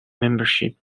membership